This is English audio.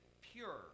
pure